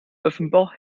offenbar